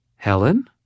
Helen